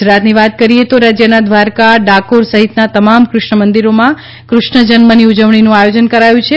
ગુજરાતની વાત કરીએ તો રાજયના ધ્વારકા ડાકોર સહિતના તમામ કૃષ્ણ મંદીરોમાં કૃષ્ણ જન્મની ઉજવણીનું આયોજન કરાયું છે